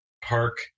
park